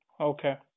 Okay